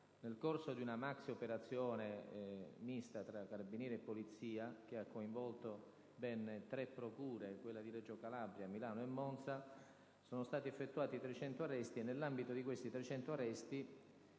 Nel corso di una maxioperazione mista, tra Carabinieri e Polizia, che ha coinvolto ben tre procure, Reggio Calabria, Milano e Monza, sono stati effettuati 300 arresti e, nell'ambito di essi, sarebbe